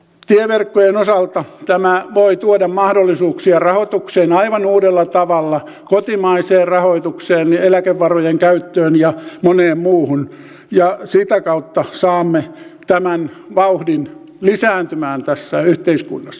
tieverkkojen osalta tämä voi tuoda mahdollisuuksia rahoitukseen aivan uudella tavalla kotimaiseen rahoitukseen ja eläkevarojen käyttöön ja moneen muuhun ja sitä kautta saamme tämän vauhdin lisääntymään tässä yhteiskunnassa